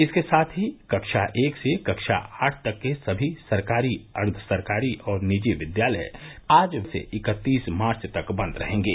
इसके साथ ही कक्षा एक से कक्षा आठ तक के सभी सरकारी अर्द्वसरकारी और निजी विद्यालय आज से इकत्तीय मार्च तक बंद रहेंगे